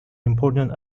important